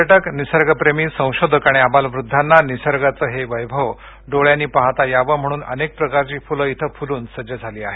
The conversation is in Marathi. पर्यटक निसर्ग प्रेमी संशोधक आणि आबालवृद्वांना निसर्गाचं हे वप्तप्रे डोळ्यांनी पाहता यावं म्हणून अनेक प्रकारची फुलं इथं फुलून सज्ज झाली आहेत